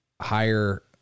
higher